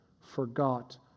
forgot